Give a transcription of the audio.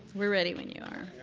we're ready when you are.